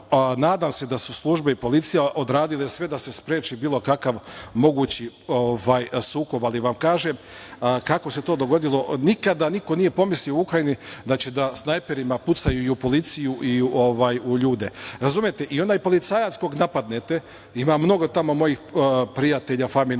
nadam se da su službe i policija odradile sve da se spreči bilo kakav mogući sukob, ali vam kažem kako se to dogodilo. Nikada niko nije pomislio u Ukrajini da će snajperima da pucaju i u policiju i u ljude. I onaj policajac koga napadnete, ima mnogo tamo mojih prijatelja,